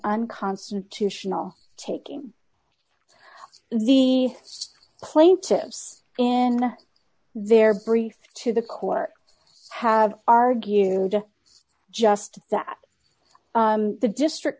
unconstitutional taking the plaintiffs in their brief to the court have argued just that the district